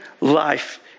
life